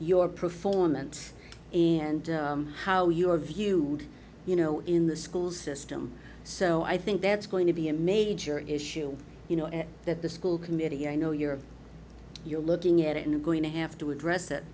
your pro formant and how your view you know in the school system so i think that's going to be a major issue you know that the school committee i know you're you're looking at it and i'm going to have to address